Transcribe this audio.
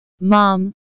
Mom